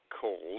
called